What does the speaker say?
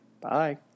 Bye